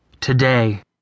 TODAY